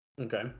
Okay